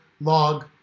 log